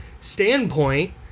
standpoint